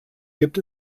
gibt